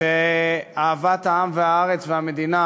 שאהבת העם והארץ והמדינה